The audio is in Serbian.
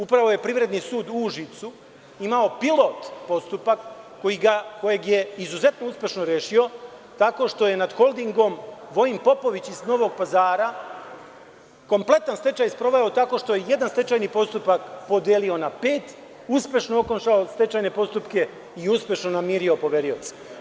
Upravo je Privredni sud u Užicu imao Pilot postupak kojeg je izuzetno uspešno rešio, tako što je nad holdingom, Vojin Popović iz Novog Pazara, tako što je kompletan stečaj sproveo, tako što je stečajni postupak podelio na pet, uspešno okončao stečajne postupke i uspešno namirio poverioce.